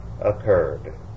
occurred